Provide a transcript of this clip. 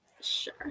Sure